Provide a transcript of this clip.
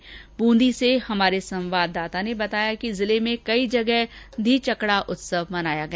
उधर बूंदी से हमारे संवाददाता ने बताया कि जिले में कई जगह धीचकड़ा उत्सव मनाया गया